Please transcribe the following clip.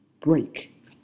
break